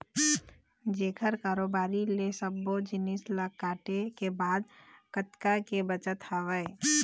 जेखर कारोबारी ले सब्बो जिनिस ल काटे के बाद कतका के बचत हवय